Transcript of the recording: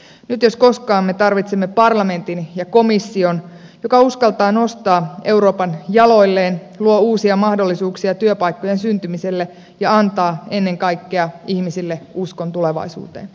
nyt jos koskaan me tarvitsemme parlamentin ja komission joka uskaltaa nostaa euroopan jaloilleen luo uusia mahdollisuuksia työpaikkojen syntymiselle ja antaa ennen kaikkea ihmisille uskon tulevaisuuteen